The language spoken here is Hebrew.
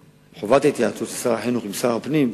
חובת ההתייעצות של שר החינוך עם שר הפנים,